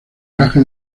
viaje